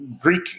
Greek